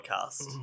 podcast